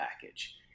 package